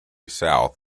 south